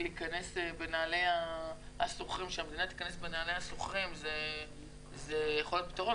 תיכנס בנעלי השוכרים זה יכול להיות פתרון,